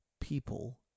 people